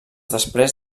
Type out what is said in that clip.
després